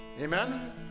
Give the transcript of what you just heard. Amen